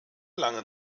lange